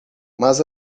mas